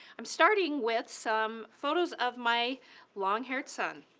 i'm starting with some photos of my long-haired son.